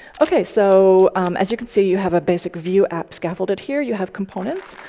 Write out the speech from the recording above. ok. so as you can see, you have a basic view app scaffolded here. you have components.